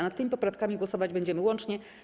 Nad tymi poprawkami głosować będziemy łącznie.